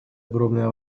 огромное